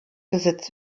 besitz